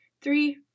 Three